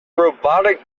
robotic